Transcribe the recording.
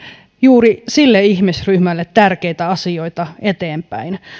juuri sille ihmisryhmälle tärkeitä asioita eteenpäin